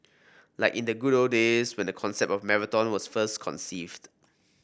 like in the good old days when the concept of marathon was first conceived